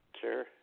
Sure